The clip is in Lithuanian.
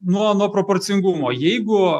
nuo nuo proporcingumo jeigu